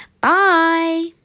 Bye